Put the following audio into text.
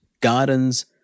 gardens